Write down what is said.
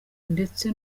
ndetse